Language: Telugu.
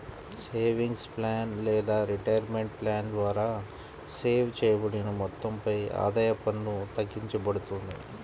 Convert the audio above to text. సేవింగ్స్ ప్లాన్ లేదా రిటైర్మెంట్ ప్లాన్ ద్వారా సేవ్ చేయబడిన మొత్తంపై ఆదాయ పన్ను తగ్గింపబడుతుంది